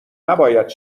نباید